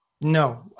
No